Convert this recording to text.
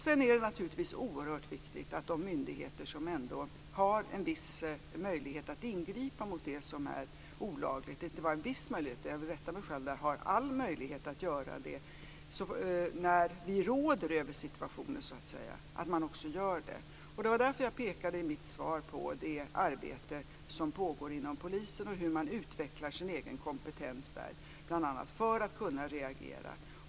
Det är naturligtvis viktigt att de myndigheter som har all möjlighet att ingripa mot det som är olagligt också gör det. Det var därför jag pekade i mitt svar på det arbete som pågår inom polisen, bl.a. genom att utveckla kompetensen för att kunna reagera.